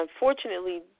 unfortunately